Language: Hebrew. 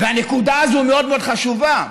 והנקודה הזאת מאוד חשובה,